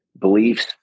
beliefs